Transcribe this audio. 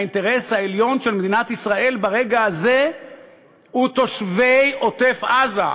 האינטרס העליון של מדינת ישראל ברגע הזה הוא תושבי עוטף-עזה,